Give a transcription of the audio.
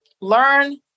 learn